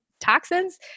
toxins